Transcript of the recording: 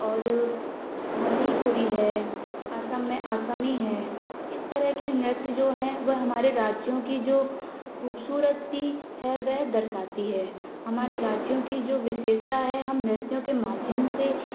और मणिपुरी है असम में आसमी है इस तरह के नृत्य जो हैं वह हमारे राज्यों की जो खूबसूरती है वह दर्शाती है हमारे राज्यों की जो विशेषता है हम नृत्यों के माध्यम से